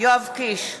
יואב קיש,